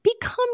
become